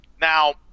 Now